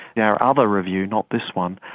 yeah our other review, not this one,